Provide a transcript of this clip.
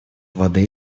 воды